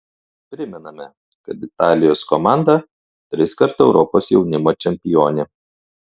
primename kad italijos komanda triskart europos jaunimo čempionė